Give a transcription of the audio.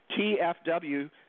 TFW